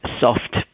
soft